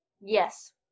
Yes